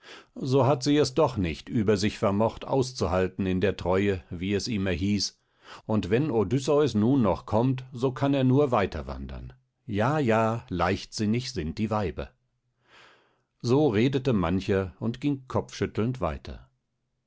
so hat sie es doch nicht über sich vermocht auszuhalten in der treue wie es immer hieß und wenn odysseus nun noch kommt so kann er nur weiter wandern ja ja leichtsinnig sind die weiber so redete mancher und ging kopfschüttelnd weiter